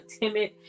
timid